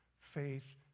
Faith